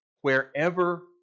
wherever